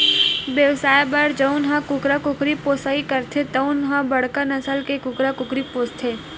बेवसाय बर जउन ह कुकरा कुकरी पोसइ करथे तउन ह बड़का नसल के कुकरा कुकरी पोसथे